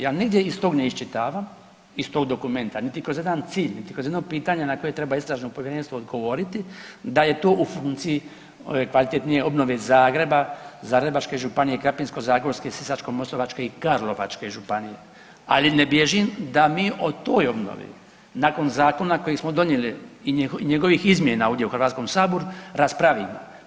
Ja nigdje iz tog ne iščitavam iz tog dokumenta, niti kroz jedan cilj, niti kroz jedno pitanje na koje treba istražno povjerenstvo odgovoriti da je to u funkciji kvalitetnije ove obnove Zagreba, Zagrebačke županije, Krapinsko-zagorske, Sisačko-moslavačke i Karlovačke županije, ali ne bježim da mi o toj obnovi nakon zakona koji smo donijeli i njegovih izmjena ovdje u Hrvatskom saboru raspravimo.